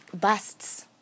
busts